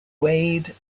wade